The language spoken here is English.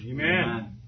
Amen